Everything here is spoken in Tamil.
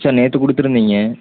சார் நேற்று கொடுத்துருந்தீங்க